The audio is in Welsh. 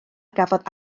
gafodd